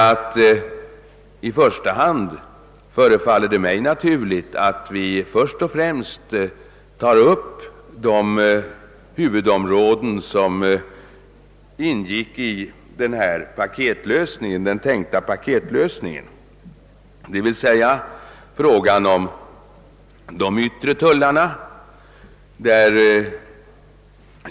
Det förefaller mig naturligt att vi först och främst tar upp de huvudområden som ingick i den tänkta paketlösningen, dvs. frågan om de yttre tullarna.